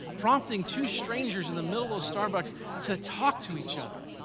prompting two strangers in the middle of a starbucks to talk to each other.